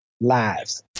lives